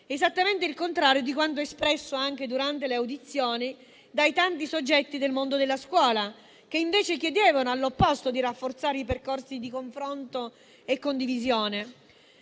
esattamente il contrario di quanto espresso anche durante le audizioni dai tanti soggetti del mondo della scuola, che chiedevano, all'opposto, di rafforzare i percorsi di confronto e condivisione.